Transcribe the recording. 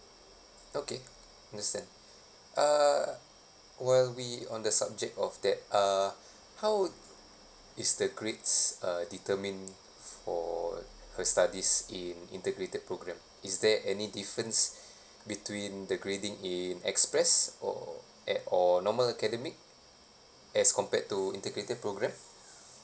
okay understand uh while we're on the subject of that uh how is the grades uh determined for her studies in integrated programme is there any difference between the grading in express or at or normal academic as compared to integrated programme